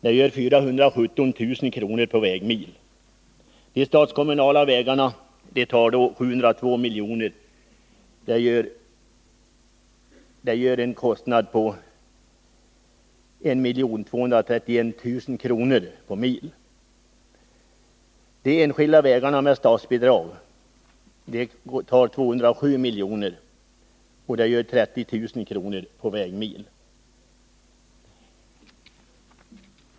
Det gör 417 000 kr. mil. Till de enskilda vägarna med statsbidrag gick 207 milj.kr., och det gör 30 000 kr./vägmil.